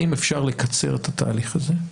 האם אפשר לקצר את התהליך הזה,